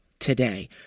Today